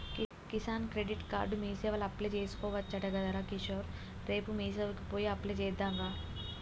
Kisan credit card మీసేవల apply చేసుకోవచ్చట గదరా కిషోర్ రేపు మీసేవకు పోయి అప్లై చెద్దాంరా